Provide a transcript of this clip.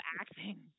acting